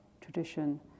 tradition